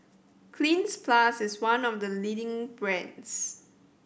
Cleanz Plus is one of the leading brands